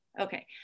Okay